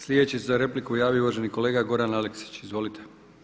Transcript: Sljedeći se za repliku javio uvaženi kolega Goran Aleksić, izvolite.